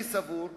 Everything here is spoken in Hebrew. אני סבור,